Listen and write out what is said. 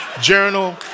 journal